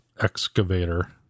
excavator